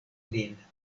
lin